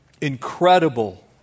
incredible